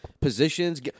Positions